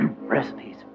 recipes